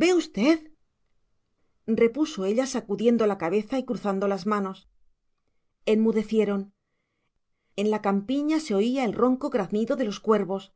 ve usted repuso ella sacudiendo la cabeza y cruzando las manos enmudecieron en la campiña se oía el ronco graznido de los cuervos